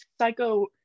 psycho